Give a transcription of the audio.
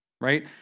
right